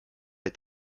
est